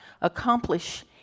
accomplish